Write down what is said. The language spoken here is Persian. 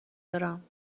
برم